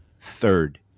third